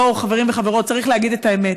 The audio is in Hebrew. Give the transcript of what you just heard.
בואו, חברים וחברות, צריך להגיד את האמת.